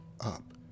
up